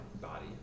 body